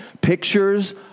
pictures